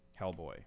Hellboy